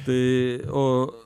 tai o